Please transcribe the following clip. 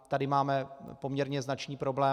Tady máme poměrně značný problém.